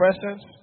presence